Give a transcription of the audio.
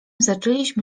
zaczęliśmy